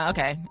Okay